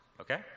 Okay